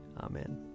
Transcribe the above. Amen